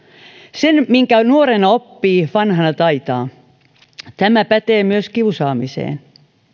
sen minkä nuorena oppii vanhana taitaa tämä pätee myös kiusaamiseen